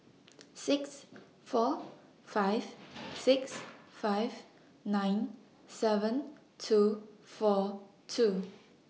six four five six five nine seven two four two